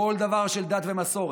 כל דבר של דת ומסורת,